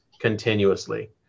continuously